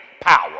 power